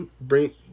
bring